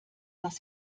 dass